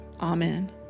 Amen